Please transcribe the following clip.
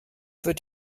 wird